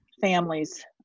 families